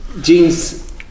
jeans